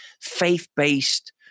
faith-based